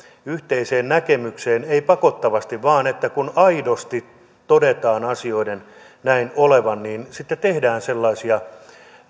yhteiseen näkemykseen ei pakottavasti vaan että kun aidosti todetaan asioiden näin olevan niin sitten tehdään sellaisia